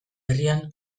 herrian